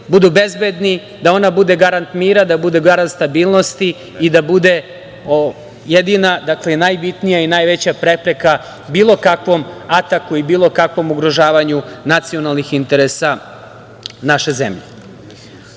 budu bezbedni, da ona bude garant mira, da bude garant stabilnosti i da bude jedina, najbitnija i najveća prepreka bilo kakvom ataku i bilo kakvom ugrožavanju nacionalnih interesa naše zemlje. Vučić